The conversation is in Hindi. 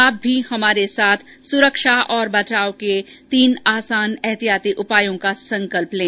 आप भी हमारे साथ सुरक्षा और बचाव के तीन आसान एहतियाती उपायों का संकल्प लें